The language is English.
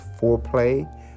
foreplay